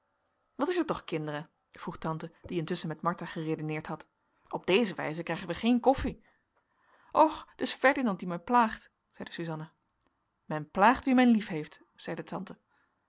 wat is het toch kinderen vroeg tante die intusschen met martha geredeneerd had op deze wijze krijgen wij geen koffie och t is ferdinand die mij plaagt zeide suzanna men plaagt wie men liefheeft zeide tante